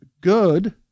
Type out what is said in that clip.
good